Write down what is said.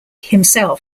himself